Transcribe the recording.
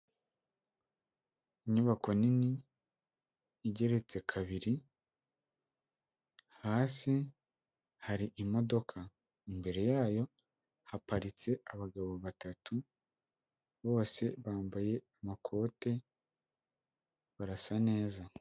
Inyubako nini igeretse kabiri, hasi hari imodoka, imbere yayo haparitse abagabo batatu, bose bambaye amakote barasa neza.